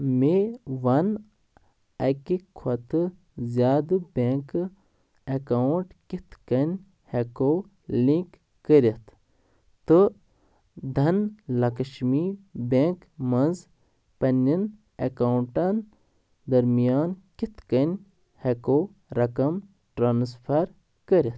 مےٚ وَن اَکہِ کھۄتہٕ زیادٕ بٮ۪نٛک اٮ۪کاوُنٛٹ کِتھ کٔنۍ ہٮ۪کو لِنٛک کٔرِتھ تہٕ دھَن لکشمی بٮ۪نٛک منٛز پنٛنٮ۪ن اٮ۪کاوُنٛٹَن درمیان کِتھ کٔنۍ ہٮ۪کو رقم ٹرٛانسفَر کٔرِتھ